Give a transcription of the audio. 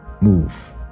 move